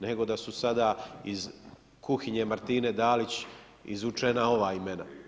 Nego da su sada iz kuhinje Marine Dalić izvučena ova imena.